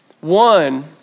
One